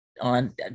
on